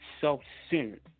self-centered